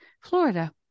Florida